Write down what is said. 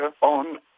on